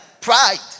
pride